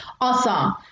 awesome